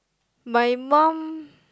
my mum